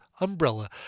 Umbrella